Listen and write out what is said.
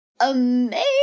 amazing